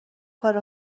کار